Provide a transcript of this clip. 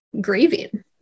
grieving